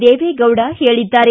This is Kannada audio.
ದೇವೇಗೌಡ ಹೇಳಿದ್ದಾರೆ